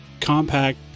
compact